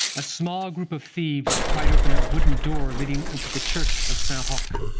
a small group of thieves pried open a wooden door leading into the church of saint-roch.